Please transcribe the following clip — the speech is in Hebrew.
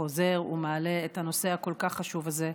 חוזר ומעלה את הנושא הכל-כך חשוב הזה.